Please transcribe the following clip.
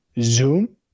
Zoom